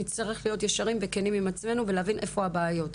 נצטרך להיות ישרים וכנים עם עצמנו ולהבין איפה הבעיות,